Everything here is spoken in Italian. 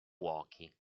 fuochi